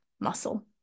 muscle